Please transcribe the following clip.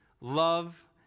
love